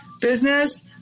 business